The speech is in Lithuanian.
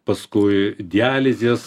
paskui dializės